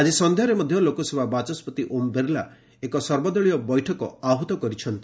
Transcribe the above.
ଆଜି ସନ୍ଧ୍ୟାରେ ମଧ୍ୟ ଲୋକସଭା ବାଚସ୍କତି ଓମ୍ ବିର୍ଲା ଏକ ସର୍ବଦଳୀୟ ବୈଠକ ଆହୃତ କରିଛନ୍ତି